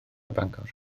bangor